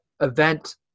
event